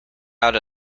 out